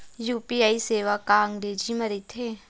UPI सेवा का अंग्रेजी मा रहीथे?